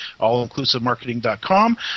allinclusivemarketing.com